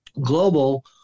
global